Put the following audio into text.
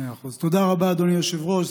תודה רבה, אדוני היושב-ראש.